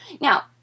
Now